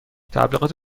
تبلیغات